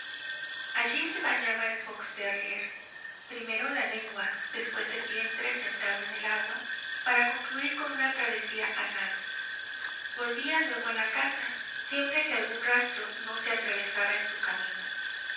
allí se bañaba el fox terrier primero la lengua después el vientre sentado en el agua para concluir con una travesía a nado volvía luego a la casa siempre que algún rastro no se atravesara en su camino